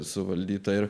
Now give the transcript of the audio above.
suvaldyta ir